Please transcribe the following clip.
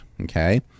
Okay